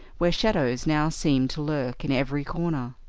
where shadows now seemed to lurk in every corner.